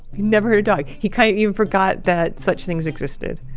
he never heard a dog. he kind of even forgot that such things existed